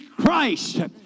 Christ